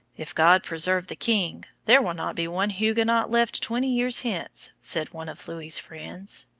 if god preserve the king, there will not be one huguenot left twenty years hence, said one of louis' friends.